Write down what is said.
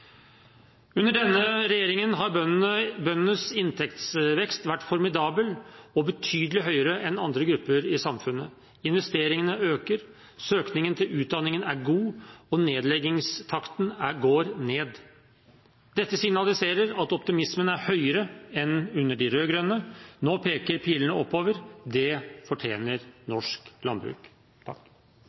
Under denne regjeringen har bøndenes inntektsvekst vært formidabel og betydelig høyere enn for andre grupper i samfunnet. Investeringene øker, søkningen til utdanningen er god, og nedleggingstakten går ned. Dette signaliserer at optimismen er høyere enn under de rød-grønne. Nå peker pilene oppover – det fortjener norsk landbruk.